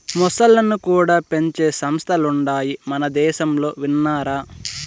మొసల్లను కూడా పెంచే సంస్థలుండాయి మనదేశంలో విన్నారా